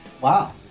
Wow